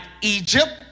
Egypt